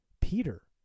Peter